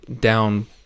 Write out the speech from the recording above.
down